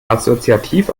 assoziativ